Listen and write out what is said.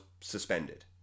suspended